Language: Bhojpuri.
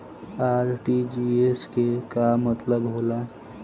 आर.टी.जी.एस के का मतलब होला?